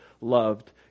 loved